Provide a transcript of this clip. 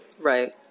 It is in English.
Right